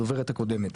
הדוברת הקודמת